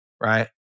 right